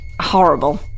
horrible